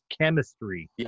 chemistry